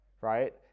right